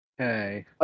Okay